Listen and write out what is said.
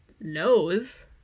knows